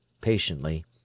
patiently